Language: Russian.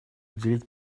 уделить